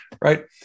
Right